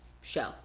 show